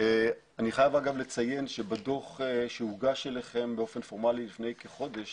אני חייב לציין שבדו"ח שהוגש אלכם באופן פורמאלי לפני כחודש